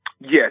Yes